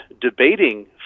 debating